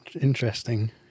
Interesting